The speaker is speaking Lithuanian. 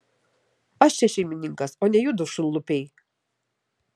aš čia šeimininkas o ne judu šunlupiai